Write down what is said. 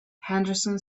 henderson